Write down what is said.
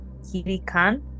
Kirikan